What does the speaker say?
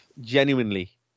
genuinely